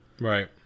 right